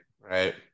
right